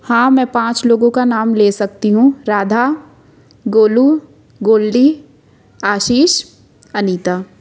हाँ मैं पाँच लोगों का नाम ले सकती हूँ राधा गोलू गोल्डी आशीष अनीता